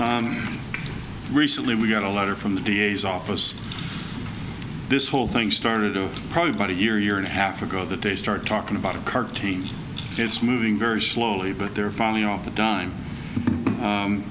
that recently we got a letter from the d a s office this whole thing started probably about a year year and a half ago that they start talking about a car team it's moving very slowly but they're falling off the dime